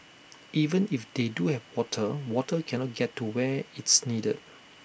even if they do have water water cannot get to where it's needed